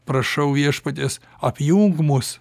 prašau viešpaties apjunk mus